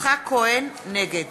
נגד